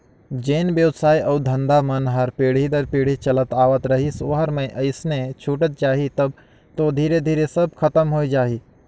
जेन बेवसाय अउ धंधा मन हर पीढ़ी दर पीढ़ी चलत आवत रहिस ओहर अइसने छूटत जाही तब तो धीरे धीरे सब खतम होए जाही